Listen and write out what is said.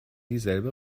dieselbe